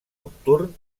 nocturn